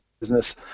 business